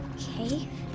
cave?